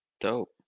Dope